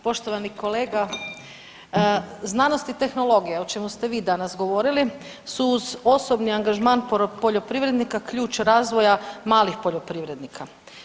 Poštovani kolega, znanost i tehnologija, o čemu ste vi danas govorili, su uz osobni angažman poljoprivrednika ključ razvoja malih poljoprivrednika.